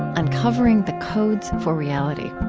uncovering the codes for reality.